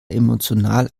emotional